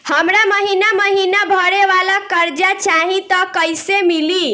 हमरा महिना महीना भरे वाला कर्जा चाही त कईसे मिली?